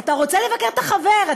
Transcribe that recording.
אתה רוצה לבקר את החבר,